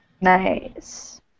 Nice